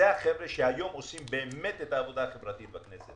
אלה האנשים שעושים היום באמת את העבודה החברתית בכנסת